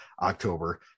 October